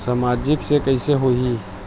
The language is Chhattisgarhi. सामाजिक से कइसे होही?